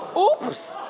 oops!